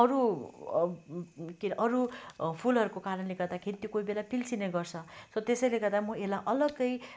अरू के अरे अरू फुलहरूको कारणले गर्दाखेरि त्यो कोही बेला पिल्सिने गर्छ सो त्यसैले गर्दा म यसलाई अलग्गै